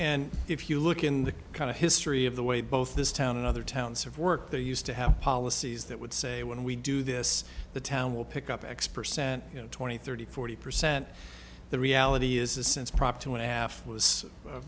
and if you look in the kind of history of the way both this town and other towns have worked they used to have policies that would say when we do this the town will pick up x percent you know twenty thirty forty percent the reality is a sense prop two and a half was